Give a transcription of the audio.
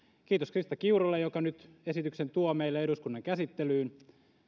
kiitos krista kiurulle joka nyt esityksen tuo meille eduskunnan käsittelyyn